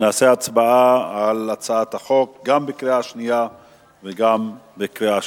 ונעשה הצבעה על הצעת החוק גם בקריאה שנייה וגם בקריאה שלישית.